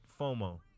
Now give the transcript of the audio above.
FOMO